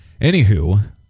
anywho